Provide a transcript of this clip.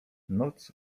noc